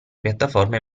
piattaforme